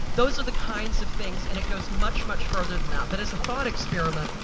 those are the kinds of things, and it goes much, much further than that. that is a thought experiment.